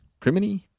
criminy